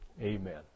Amen